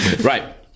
Right